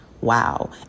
wow